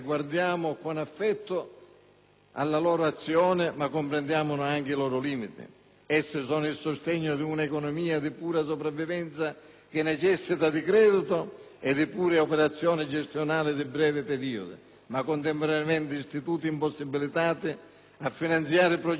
alla loro azione, ma comprendiamone anche i loro limiti. Essi sono il sostegno di un'economia di pura sopravvivenza che necessita di credito e di pure operazioni gestionali di breve periodo, ma contemporaneamente sono istituti impossibilitati a finanziare progetti di crescita di lungo termine.